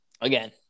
again